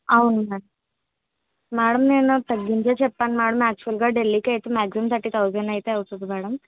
అవును madam madam నేను తగ్గించే చెప్పాను మేడం యాక్టుల్గా ఢిల్లీకైతే మాక్సిమమ్ థర్టీ థౌజండ్ అయితే అవుతుంది మేడం